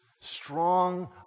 strong